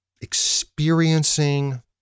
experiencing